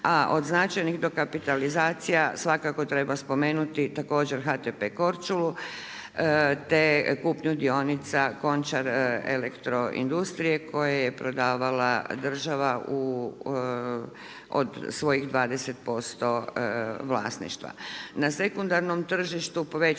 a od značajnih dokapitalizacija svakako treba spomenuti također HTP Korčulu te kupnju dionica Končar elektroindustrije koje je prodavala država od svojih 20% vlasništva.